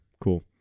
Cool